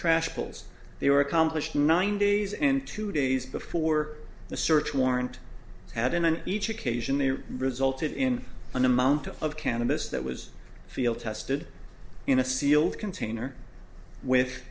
trash holes they were accomplished nine days and two days before the search warrant had in and each occasion they resulted in an amount of cannabis that was field tested in a sealed container with